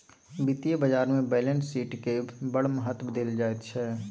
वित्तीय बाजारमे बैलेंस शीटकेँ बड़ महत्व देल जाइत छै